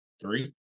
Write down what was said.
three